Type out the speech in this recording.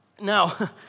Now